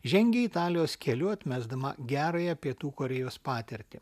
žengė italijos keliu atmesdama gerąją pietų korėjos patirtį